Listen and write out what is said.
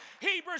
Hebrews